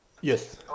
Yes